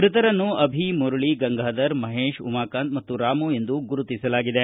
ಮೃತರನ್ನು ಅಭಿ ಮುರಳಿ ಗಂಗಾಧರ್ ಮಹೇಶ್ ಉಮಾಕಾಂತ್ ಮತ್ತು ರಾಮು ಎಂದು ಗುರುತಿಸಲಾಗಿದೆ